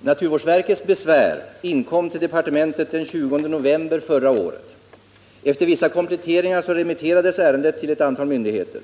Naturvårdsverkets besvär inkom till departementet den 20 november förra året. Efter vissa kompletteringar remitterades ärendet till ett antal myndigheter.